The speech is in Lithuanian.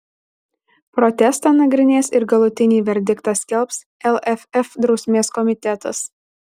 protestą nagrinės ir galutinį verdiktą skelbs lff drausmės komitetas